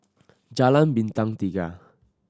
Jalan Bintang Tiga